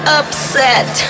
upset